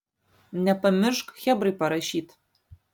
nepamiršk chebrai parašyt